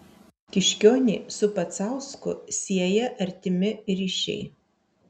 kiškionį su pacausku sieja artimi ryšiai